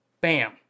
Bam